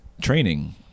training